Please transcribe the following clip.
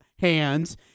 hands